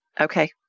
Okay